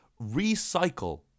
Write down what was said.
recycle